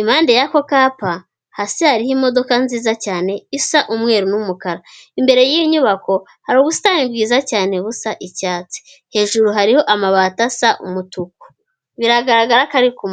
impande yako kapa hasi hariho imodoka nziza cyane isa umweru n'umukara, imbere y'iyo nyubako hari ubusitani bwiza cyane busa icyatsi, hejuru hariho amabati asa umutuku biragaragara ko ari ku mu...